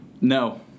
No